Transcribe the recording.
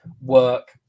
work